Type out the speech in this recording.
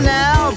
now